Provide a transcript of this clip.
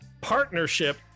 partnership